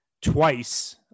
twice